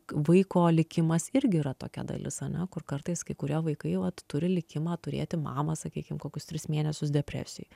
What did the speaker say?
vaiko likimas irgi yra tokia dalis ane kur kartais kai kurie vaikai vat turi likimą turėti mamą sakykim kokius tris mėnesius depresijoj